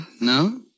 No